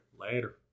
Later